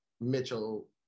Mitchell